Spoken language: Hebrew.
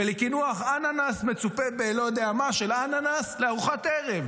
ולקינוח אננס מצופה בלא יודע מה של אננס לארוחת ערב,